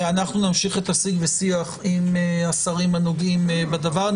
אנחנו נמשיך את השיג ושיח עם השרים הנוגעים בדבר.